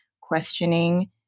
questioning